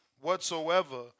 whatsoever